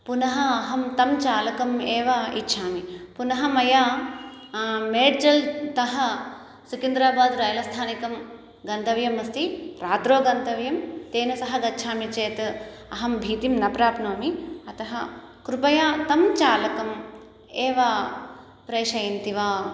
पुनः अहं तं चालकम् एव इच्छामि पुनः मया मेड्चेलतः सिकन्द्राबादः रैलस्थानकं गन्तव्यम् अस्ति रात्रौ गन्तव्यं तेन सः गच्छामि चेत् अहं भीतिं न प्राप्नोमि अतः कृपया तं चालकम् एव प्रेषयन्ति वा